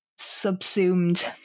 subsumed